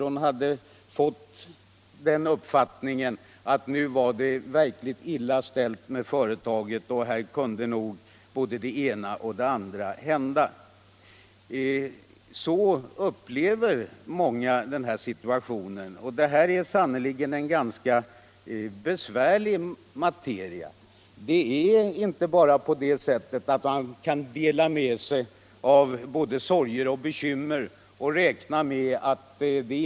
Hon hade fått den uppfattningen att nu var det verkligt illa ställt med företaget och att nog både det ena och det andra kunde hända, och hon kände starkt sitt ansvar inför arbetskamraterna. Däremot var hennes förmåga att bedöma konsekvenserna av den lämnade informationen, naturligt nog, inte lika god.